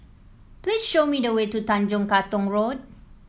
please show me the way to Tanjong Katong Road